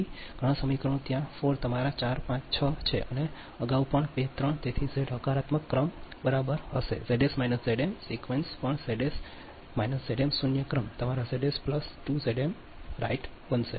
તેથી ઘણાં સમીકરણો ત્યાં 4 તમારા ચાર પાંચ 6 છે અને અગાઉ પણ 2 અને 3 તેથી ઝેડ હકારાત્મક ક્રમ બરાબર હશે Zs Zm સિક્વેન્સ પણ Zs Zm શૂન્ય ક્રમ તમારા Zs 2 Zm રાઇટ બનશે